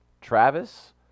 Travis